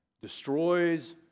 destroys